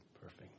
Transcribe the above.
Perfect